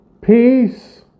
peace